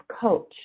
coach